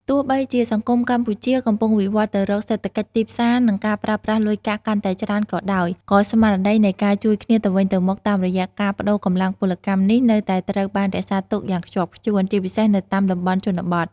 ទោះបីជាសង្គមកម្ពុជាកំពុងវិវត្តន៍ទៅរកសេដ្ឋកិច្ចទីផ្សារ និងការប្រើប្រាស់លុយកាក់កាន់តែច្រើនក៏ដោយ ក៏ស្មារតីនៃការជួយគ្នាទៅវិញទៅមកតាមរយៈការប្តូរកម្លាំងពលកម្មនេះនៅតែត្រូវបានរក្សាទុកយ៉ាងខ្ជាប់ខ្ជួន ជាពិសេសនៅតាមតំបន់ជនបទ។